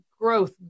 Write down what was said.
growth